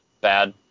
bad